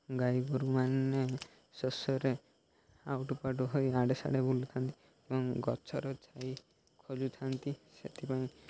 ଗାଈ ଗୋରୁମାନେ ଶୋଷରେ ଆଉଟୁ ପାଉଟୁ ହୋଇ ଇଆଡ଼େ ସେଆଡ଼େ ବୁଲୁଥାନ୍ତି ଏବଂ ଗଛର ଛାଇ ଖୋଜୁଥାନ୍ତି ସେଥିପାଇଁ